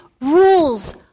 rules